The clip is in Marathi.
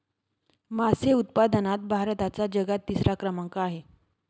मासे उत्पादनात भारताचा जगात तिसरा क्रमांक आहे